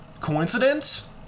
Coincidence